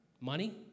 Money